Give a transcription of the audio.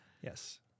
Yes